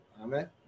Amen